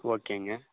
ஓகேங்க